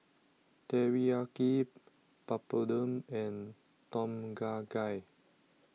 Teriyaki Papadum and Tom Kha Gai